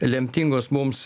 lemtingos mums